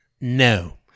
No